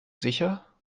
sicher